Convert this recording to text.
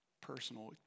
personal